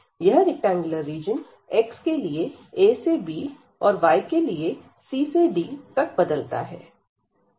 यह rectangular region x के लिए a से b और y के लिए c से d तक बदलता है